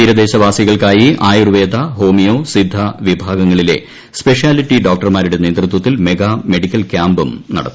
തീരദേശവാസികൾക്കായി Ayurveda homeo Siddha വിഭാഗങ്ങളിലെ speciality ഡോക്ടർമാരുടെ നേതൃത്വത്തിൽ മെഗാ മെഡിക്കൽ ക്യാമ്പും നടത്തി